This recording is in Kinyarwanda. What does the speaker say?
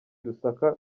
lusaka